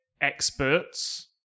experts